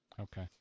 Okay